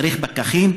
צריך פקחים,